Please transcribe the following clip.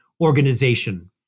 organization